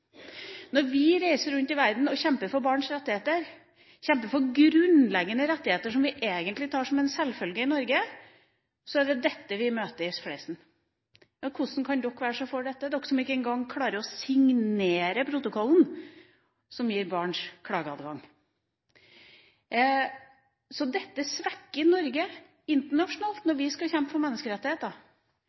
Når vi reiser rundt i verden og kjemper for barns rettigheter, kjemper for grunnleggende rettigheter som vi egentlig tar som en selvfølge i Norge, er det dette vi får i fleisen: Hvordan kan dere være så for dette, dere som ikke engang klarer å signere protokollen som gir barn klageadgang? Så dette svekker Norge internasjonalt når vi skal kjempe for menneskerettigheter.